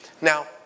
Now